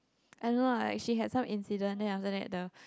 I don't know like she had some incident then after that the